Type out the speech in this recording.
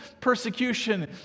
persecution